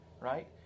right